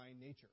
nature